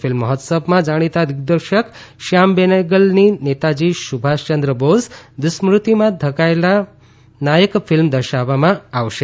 film મહોત્સવમાં જાણીતા દિગ્દર્શક શ્યામ બેનેગલની નેતાજી સુભાષચંદ્ર બોઝ વીસ્મૃતીમાં ધકેલાયેલા નાયક ફીલ્મ દર્શાવવામાં આવશે